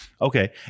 Okay